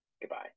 Goodbye